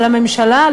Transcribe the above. אבל הממשלה?